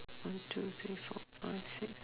one two three four five six